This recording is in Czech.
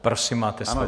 Prosím, máte slovo.